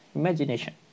imagination